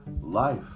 life